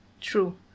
True